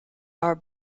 our